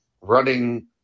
running